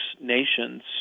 nations